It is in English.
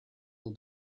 will